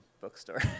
bookstore